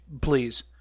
please